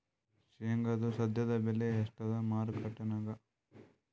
ಶೇಂಗಾದು ಸದ್ಯದಬೆಲೆ ಎಷ್ಟಾದಾ ಮಾರಕೆಟನ್ಯಾಗ?